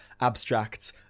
abstract